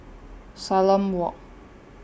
Salam Walk